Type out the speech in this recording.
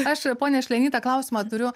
aš pone šlenį tą klausimą turiu